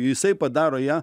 jisai padaro ją